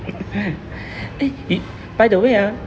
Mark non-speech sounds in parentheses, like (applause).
(noise) eh by the way ah